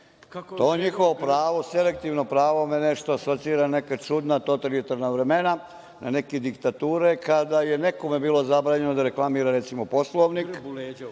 je njihovo pravo, selektivno pravo me nešto asocira na neka čudna totalitarna vremena, na neke diktature kada je nekome bilo zabranjeno da reklamira recimo Poslovnik,